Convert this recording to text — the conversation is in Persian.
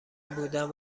بودن